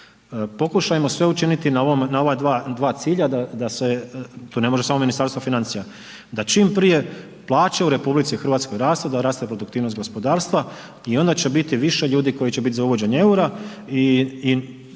Pokušajmo sve učiniti na ova dva cilja da se, to ne može samo Ministarstvo financija da čim prije plaće u RH rastu, da raste produktivnost gospodarstva i onda će biti više ljudi koji će biti za uvođenje eura.